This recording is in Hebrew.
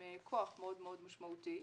עם כוח מאוד מאוד משמעותי,